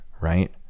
right